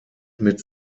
mit